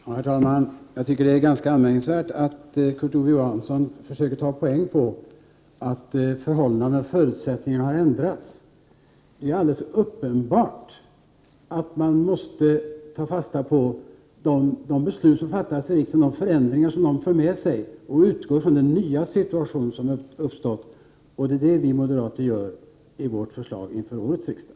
Herr talman! Det är anmärkningsvärt att Kurt Ove Johansson försöker ta poäng på att förhållandet och förutsättningarna har ändrats. Det är alldeles uppenbart att man måste ta fasta på de beslut som har fattats i riksdagen och de förändringar som dessa för med sig samt utgå från den nya situation som har uppstått. Det är vad vi moderater gör i vårt förslag inför årets riksmöte.